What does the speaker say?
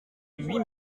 huit